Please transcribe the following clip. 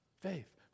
Faith